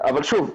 אבל שוב,